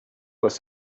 was